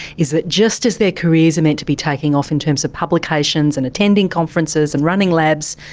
is that just as their careers are meant to be taking off in terms of publications and attending conferences and running labs,